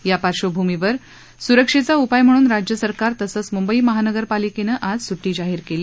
या पार्श्वभूमीवर सुरक्षेचा उपाय म्हणून राज्य सरकार तसंच मुंबई महानगर पालिकेनं आज सुट्टी जाहीर केली